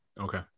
Okay